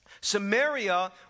Samaria